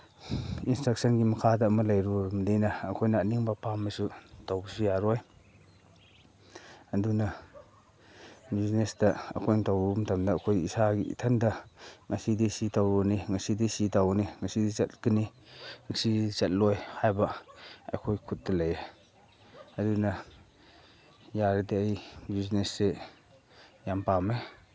ꯏꯟꯁꯇ꯭ꯔꯛꯁꯟꯒꯤ ꯃꯈꯥꯗ ꯑꯃ ꯂꯩꯔꯨꯔꯕꯅꯤꯅ ꯑꯩꯈꯣꯏꯅ ꯑꯅꯤꯡꯕ ꯑꯄꯥꯝꯕꯁꯨ ꯇꯧꯕꯁꯨ ꯌꯥꯔꯣꯏ ꯑꯗꯨꯅ ꯕꯤꯖꯤꯅꯦꯁꯇ ꯑꯣꯄꯟ ꯇꯧꯔꯨ ꯃꯇꯝꯗ ꯑꯩꯈꯣꯏ ꯏꯁꯥꯒꯤ ꯏꯊꯟꯇ ꯉꯁꯤꯗꯤ ꯁꯤ ꯇꯧꯔꯨꯅꯤ ꯉꯁꯤꯗꯤ ꯁꯤ ꯇꯧꯒꯅꯤ ꯉꯁꯤꯗꯤ ꯆꯠꯀꯅꯤ ꯉꯁꯤꯗꯤ ꯆꯠꯂꯣꯏ ꯍꯥꯏꯕ ꯑꯩꯈꯣꯏ ꯈꯨꯠꯇ ꯂꯩꯌꯦ ꯑꯗꯨꯅ ꯌꯥꯔꯗꯤ ꯑꯩ ꯕꯤꯖꯤꯅꯦꯁꯁꯤ ꯌꯥꯝ ꯄꯥꯝꯃꯦ